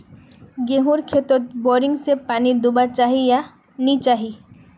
गेँहूर खेतोत बोरिंग से पानी दुबा चही या नी चही?